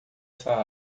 essa